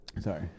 Sorry